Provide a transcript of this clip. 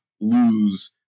lose